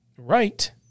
Right